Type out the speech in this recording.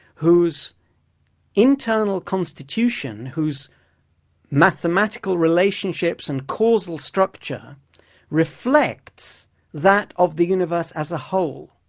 whose internal constitution, whose mathematical relationships and causal structure reflects that of the universe as a whole.